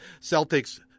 Celtics